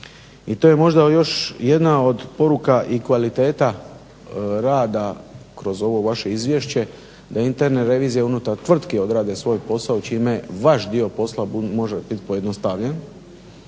i to je možda još jedna od poruka i kvaliteta rada kroz ovo vaše izvješće da interna revizije unutar tvrtke odrade svoj posao čime vaš dio posla može biti pojednostavljen